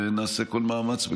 ונעשה כל מאמץ,